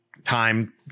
Time